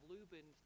Lubin